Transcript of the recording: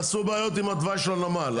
עשו בעיות עם התוואי של הנמל.